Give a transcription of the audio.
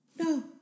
no